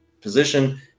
position